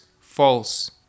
false